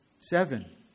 Seven